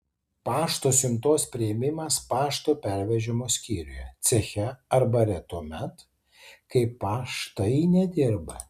pašto siuntos priėmimas pašto pervežimo skyriuje ceche ar bare tuomet kai paštai nedirba